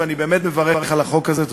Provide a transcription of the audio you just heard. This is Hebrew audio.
אני באמת מברך על החוק הזה.